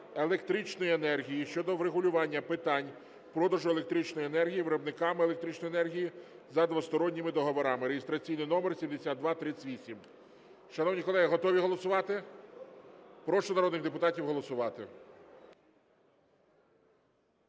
електричної енергії" щодо врегулювання питань продажу електричної енергії виробниками електричної енергії за двосторонніми договорами (реєстраційний номер 7238). Шановні колеги, готові голосувати? Прошу народних депутатів голосувати.